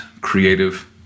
creative